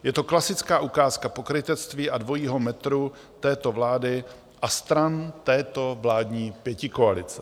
Je to klasická ukázka pokrytectví a dvojího metru této vlády a stran této vládní pětikoalice.